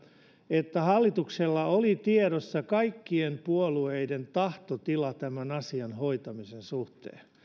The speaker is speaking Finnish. että hallituksella oli tiedossa kaikkien puolueiden tahtotila tämän asian hoitamisen suhteen